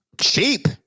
cheap